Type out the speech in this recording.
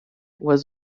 was